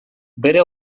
bere